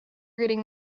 reading